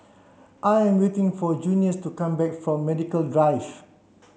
I am waiting for Junius to come back from Medical Drive